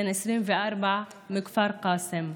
בן 24, כפר קאסם,